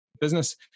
business